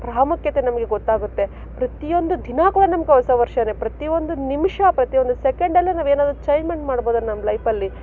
ಪ್ರಾಮುಖ್ಯತೆ ನಮಗೆ ಗೊತ್ತಾಗುತ್ತೆ ಪ್ರತಿಯೊಂದು ದಿನ ಕೂಡ ನಮಗೆ ಹೊಸ ವರ್ಷನೇ ಪ್ರತಿಯೊಂದು ನಿಮಿಷ ಪ್ರತಿಯೊಂದು ಸೆಕೆಂಡಲ್ಲೂ ನಾವೇನಾದರೂ ಚೇಂಜ್ಮೆಂಟ್ ಮಾಡ್ಬೌದು ನಮ್ಮ ಲೈಫಲ್ಲಿ